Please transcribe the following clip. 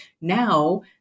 now